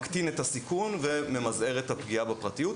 מקטין את הסיכון וממזער את הפגיעה בפרטיות.